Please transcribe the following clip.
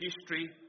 history